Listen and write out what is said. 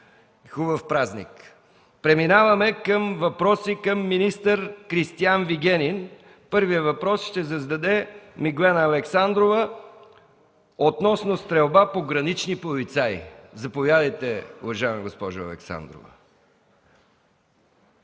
Хубав празник! Преминаваме към въпроси към министър Кристиан Вигенин. Първия въпрос ще го зададе Миглена Александрова – относно стрелба по гранични полицаи. Заповядайте, уважаема госпожо Александрова.